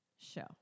show